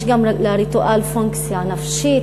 לריטואל יש גם פונקציה נפשית,